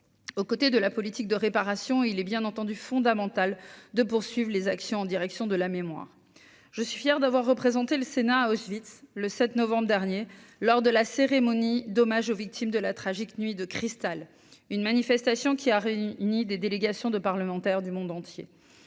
aux côtés de la politique de réparation, il est bien entendu fondamental de poursuivre les actions en direction de la mémoire, je suis fier d'avoir représenté le Sénat à Auschwitz le 7 novembre dernier lors de la cérémonie d'hommage aux victimes de la tragique nuit de cristal, une manifestation qui a réuni des délégations de parlementaires du monde entier